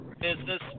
business